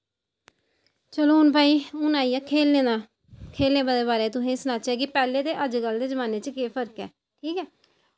चलो हून भई हून आइया खेल्लने दा खेलें दे बारै च तुसेंगी सनाचै कि पैह्लें ते अज्जकल दे पैह्लें दे जमानै च केह् फर्क ऐ ठीक ऐ ऐं ते